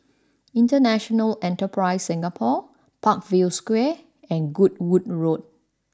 International Enterprise Singapore Parkview Square and Goodwood Road